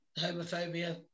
homophobia